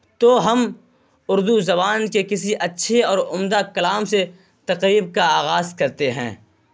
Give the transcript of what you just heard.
تو ہم اردو زبان کے کسی اچھے اور عمدہ کلام سے تقریب کا آغاز کرتے ہیں